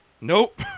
Nope